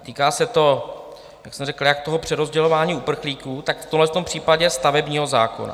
Týká se to, jak jsem řekl, jak přerozdělování uprchlíků, tak v tomhletom případě stavebního zákona.